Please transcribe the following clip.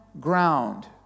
Ground